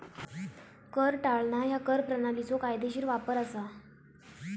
कर टाळणा ह्या कर प्रणालीचो कायदेशीर वापर असा